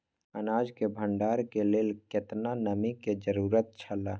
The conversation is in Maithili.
अनाज के भण्डार के लेल केतना नमि के जरूरत छला?